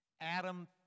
Adam